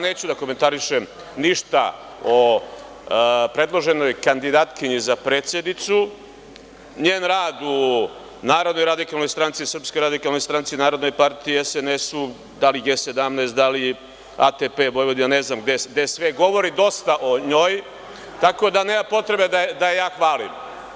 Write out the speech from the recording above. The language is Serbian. Neću da komentarišem ništa o predloženoj kandidatkinji za predsednicu, njen rad u Narodnoj radikalnoj stranci, SRS, Narodnoj partiji, SNS, da li G17, da li ATP Vojvodina, ne znam gde sve, govori dosta o njoj, tako da nema potrebe da je ja hvalim.